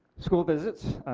school visits.